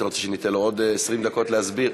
אתה רוצה שניתן לו עוד 20 דקות להסביר?